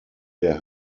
der